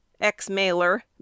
ex-mailer